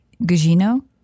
Gugino